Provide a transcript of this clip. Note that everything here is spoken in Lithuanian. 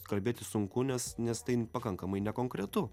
kalbėti sunku nes nes tai pakankamai nekonkretu